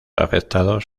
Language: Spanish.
afectados